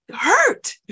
hurt